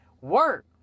Work